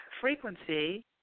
frequency